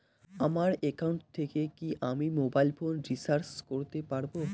আমার একাউন্ট থেকে কি আমি মোবাইল ফোন রিসার্চ করতে পারবো?